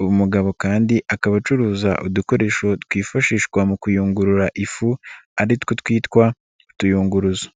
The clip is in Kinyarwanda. uyu mugabo kandi akaba acuruza udukoresho twifashishwa mu kuyungurura ifu aritwo twitwa utuyunguruzo.